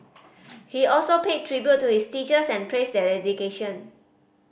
he also paid tribute to his teachers and praised their dedication